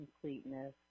completeness